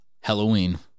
Halloween